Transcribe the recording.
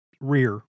rear